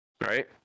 right